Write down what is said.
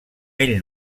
ell